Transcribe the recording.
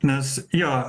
nes jo